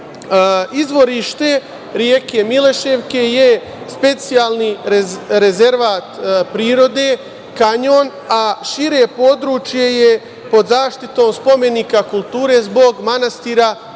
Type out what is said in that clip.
reke Mileševke je specijalni rezervat prirode, kanjon, a šire područje je pod zaštitom spomenika kulture zbog manastira Mileševa.